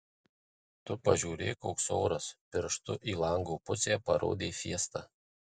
tu pažiūrėk koks oras pirštu į lango pusę parodė fiesta